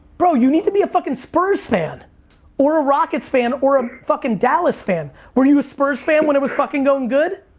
bro, you need to be a fucking spurs fan or a rockets fan or a um fucking dallas fan. were you a spurs fan when it was fucking going good?